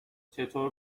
چطور